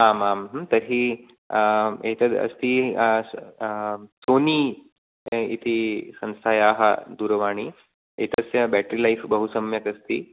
आमाम् हुं तर्हि एतदस्ति सोनी इति संस्थायाः दूरवाणी एतस्य बेट्रि लैफ़् बहुसम्यक् अस्ति